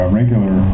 regular